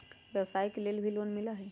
व्यवसाय के लेल भी लोन मिलहई?